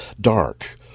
dark